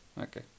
Okay